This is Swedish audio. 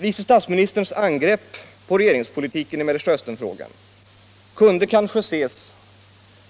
Vice statsministerns angrepp på regeringspolitiken i Mellersta Östernfrågan kunde kanske ses